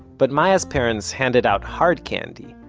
but maya's parents handed out hard candy,